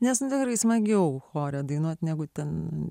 nes tikrai smagiau chore dainuoti negu ten